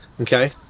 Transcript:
Okay